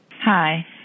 Hi